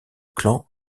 clan